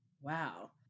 Wow